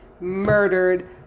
murdered